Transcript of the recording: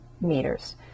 meters